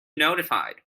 notified